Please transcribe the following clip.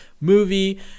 movie